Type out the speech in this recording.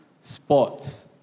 sports